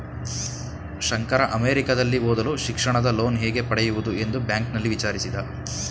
ಶಂಕರ ಅಮೆರಿಕದಲ್ಲಿ ಓದಲು ಶಿಕ್ಷಣದ ಲೋನ್ ಹೇಗೆ ಪಡೆಯುವುದು ಎಂದು ಬ್ಯಾಂಕ್ನಲ್ಲಿ ವಿಚಾರಿಸಿದ